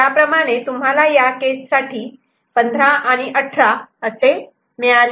त्याप्रमाणे तुम्हाला या केससाठी 15 आणि 18 असे मिळाले